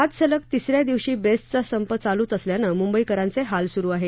आज सलग तिसऱ्या दिवशी बेस्टचा संप चालूच असल्यानं मुंबईकरांचे हाल सुरु आहेत